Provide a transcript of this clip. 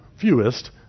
fewest